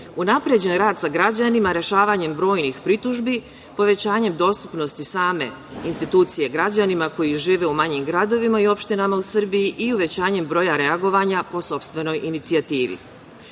unapređen rad sa građanima rešavanjem brojnih pritužbi, povećanjem dostupnosti same institucije građanima koji žive u manjim gradovima i opštinama u Srbiji i uvećanjem broja reagovanja po sopstvenoj inicijativi. Dostupnost